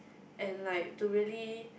and like to really